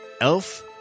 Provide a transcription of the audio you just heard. Elf